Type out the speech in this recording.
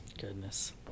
Goodness